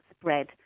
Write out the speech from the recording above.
spread